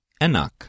enak